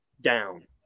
down